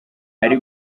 ari